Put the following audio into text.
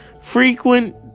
Frequent